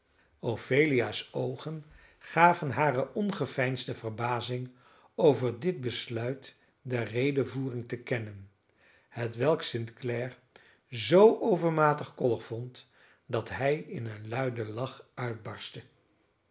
ophelia's oogen gaven hare ongeveinsde verbazing over dit besluit der redevoering te kennen hetwelk st clare zoo overmatig koddig vond dat hij in een luiden lach uitbarstte